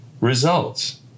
results